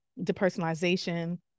depersonalization